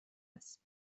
است